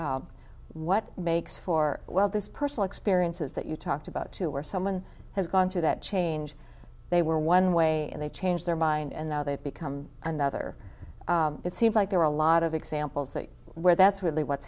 what makes for well this personal experiences that you talked about to where someone has gone through that change they were one way and they change their mind and now they've become another it seems like there are a lot of examples that where that's really what's